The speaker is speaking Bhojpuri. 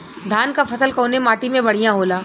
धान क फसल कवने माटी में बढ़ियां होला?